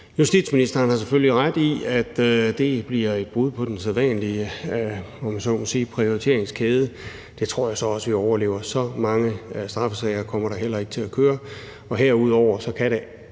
Justitsministeren har selvfølgelig ret i, at det bliver et brud på den sædvanlige, om jeg så må sige, prioriteringskæde. Det tror jeg så også vi overlever, så mange straffesager kommer der heller ikke til at køre, og herudover kan det